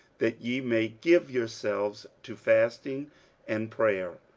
that ye may give yourselves to fasting and prayer